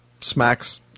Smacks